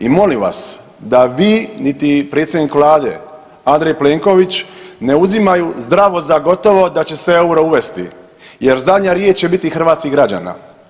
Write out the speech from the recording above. I molim vas da vi niti predsjednik Vlade Andrej Plenković ne uzimaju zdravo za gotovo da će se euro uvesti jer zadnja riječ će bit hrvatskih građana.